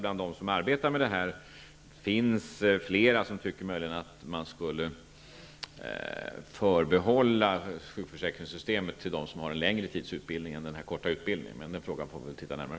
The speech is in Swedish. Bland dem som arbetar med detta vet jag att det finns flera som tycker att man skulle förbehålla sjukförsäkringssystemet de yrkesgrupper som har en längre tids utbildning, än den här korta utbildningen. Den frågan får vi studera närmare.